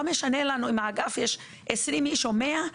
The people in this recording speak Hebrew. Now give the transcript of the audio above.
לא משנה אם באגף יש 20 איש או 100,